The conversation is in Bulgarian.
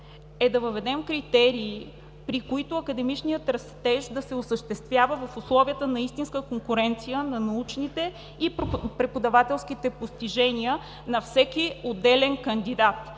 е да въведем критерии, при които академичният растеж да се осъществява в условията на истинска конкуренция на научните и преподавателските постижения на всеки отделен кандидат,